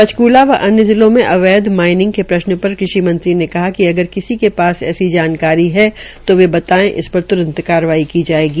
पंचकूला व अ य जिल म अवैध माइ नंग के शन पर कृ ष मंगी ने कहा क अगर कसी के पास ऐसी जानकार है तो वे बताये इस पर तुंरत कारवाई क जायेगी